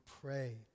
pray